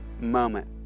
moment